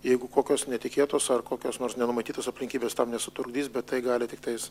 jeigu kokios netikėtos ar kokios nors nenumatytos aplinkybės tam nesutrukdys bet tai gali tiktais